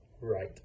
right